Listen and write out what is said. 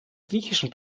griechischen